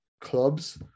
clubs